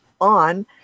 on